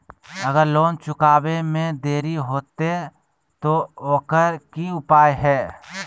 अगर लोन चुकावे में देरी होते तो ओकर की उपाय है?